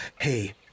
Hey